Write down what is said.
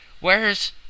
Where's—